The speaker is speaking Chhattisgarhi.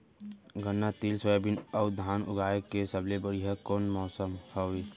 गन्ना, तिल, सोयाबीन अऊ धान उगाए के सबले बढ़िया कोन मौसम हवये?